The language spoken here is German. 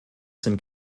sind